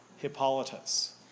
Hippolytus